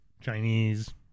Chinese